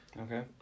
Okay